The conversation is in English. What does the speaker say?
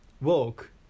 walk